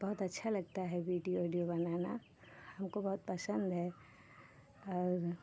बहुत अच्छा लगता है वीडियो वीडियो बनाना हमको बहुत पसंद है और